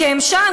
כי הם שם,